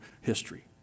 history